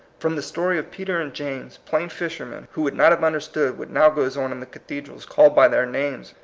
from the story of peter and james, plain fisher men, who would not have understood what now goes on in the cathedrals called by their names,